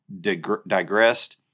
digressed